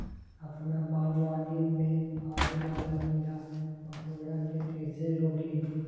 अपना बागवानी में आबे वाला किरा मकोरा के कईसे रोकी?